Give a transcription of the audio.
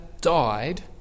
died